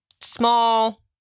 small